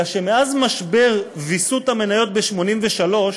אלא שמאז משבר ויסות המניות ב-'83,